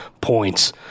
points